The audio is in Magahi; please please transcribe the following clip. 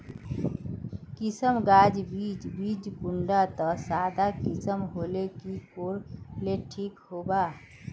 किसम गाज बीज बीज कुंडा त सादा किसम होले की कोर ले ठीक होबा?